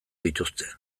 dituzte